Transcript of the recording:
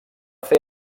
fer